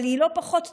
אבל היא לא פחות טובה,